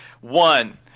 one